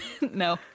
no